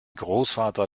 großvater